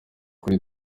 kuri